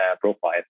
profile